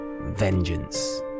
vengeance